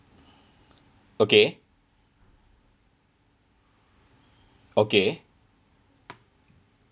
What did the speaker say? okay okay